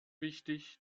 wichtig